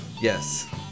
Yes